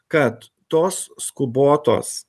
kad tos skubotos